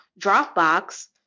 Dropbox